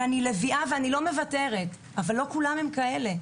אבל לא כולם כאלה.